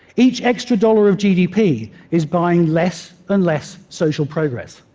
each extra dollar of gdp is buying less and less social progress.